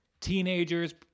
teenagers